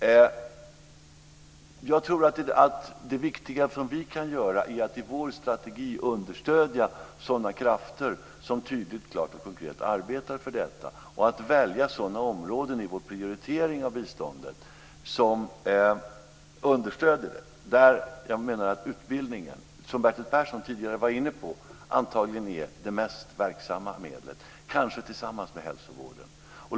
Men jag tror att det viktiga som vi kan göra är att i vår strategi understödja sådana krafter som tydligt, klart och konkret arbetar för detta och att välja sådana områden i vår prioritering av biståndet som understöder detta. Där menar jag att utbildningen, som Bertil Persson tidigare var inne på, antagligen är det mest verksamma medlet, kanske tillsammans med hälsovården.